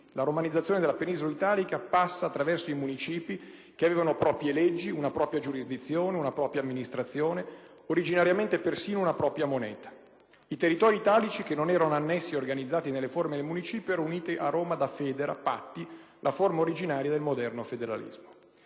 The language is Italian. La romanizzazione della penisola italica passa attraverso i municipi che avevano proprie leggi, una propria giurisdizione, una propria amministrazione, originariamente persino una propria moneta. I territori italici, che non erano annessi e organizzati nelle forme del municipio, erano uniti a Roma da *foedera*, patti, che rappresentavano la forma originaria del moderno federalismo.